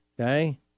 Okay